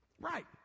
Right